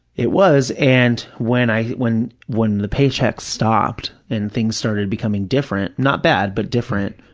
it was, and when i, when when the paychecks stopped and things started becoming different, not bad but different,